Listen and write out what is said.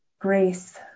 grace